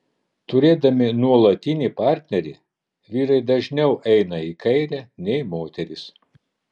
turėdami nuolatinį partnerį vyrai dažniau eina į kairę nei moterys